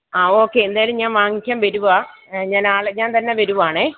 ആ ഓക്കെ എന്തായാലും ഞാൻ വാങ്ങിക്കാൻ വരുവാ ഞാൻ ആളെ ഞാൻ തന്നെ വരുവാണെ